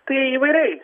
tai įvairiai